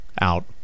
out